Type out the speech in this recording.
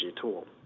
tool